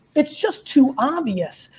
it's just too obvious.